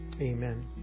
Amen